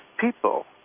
people